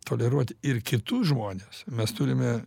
toleruoti ir kitus žmones mes turime